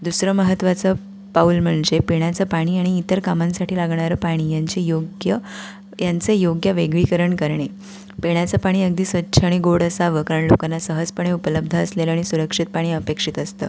दुसरं महत्त्वाचं पाऊल म्हणजे पिण्याचं पाणी आणि इतर कामांसाठी लागणारं पाणी यांचे योग्य यांचे योग्य वेगळीकरण करणे पिण्याचं पाणी अगदी स्वच्छ आणि गोड असावं कारण लोकांना सहजपणे उपलब्ध असलेलं आणि सुरक्षित पाणी अपेक्षित असतं